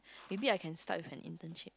maybe I can start with an internship